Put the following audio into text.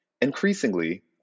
Increasingly